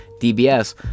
DBS